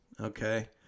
okay